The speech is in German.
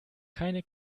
keine